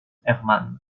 herman